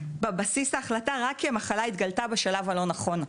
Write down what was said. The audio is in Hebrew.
בבסיס ההחלטה רק כי המחלה התגלתה בשלב הלא נכון.